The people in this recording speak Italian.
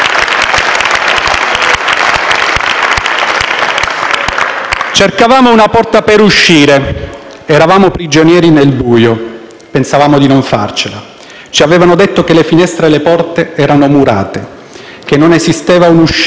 Cercavamo una porta per uscire; eravamo prigionieri nel buio. Pensavamo di non farcela; ci avevano detto che le finestre e le porte erano murate; che non esisteva l'uscita.